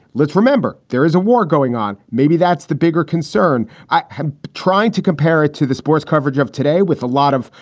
let's remember, there is a war going on. maybe that's the bigger concern. i tried to compare it to the sports coverage of today with a lot of,